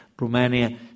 Romania